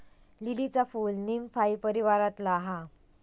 लीलीचा फूल नीमफाई परीवारातला हा